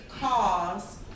cause